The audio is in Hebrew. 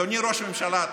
אדוני ראש הממשלה,